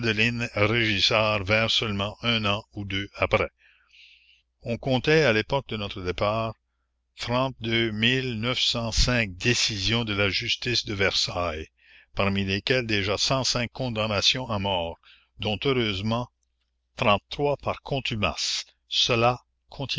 seulement un an ou deux après on comptait à l'époque de notre départ décisions de la justice de versailles parmi lesquelles déjà condamnations à mort dont heureusement par contumace cela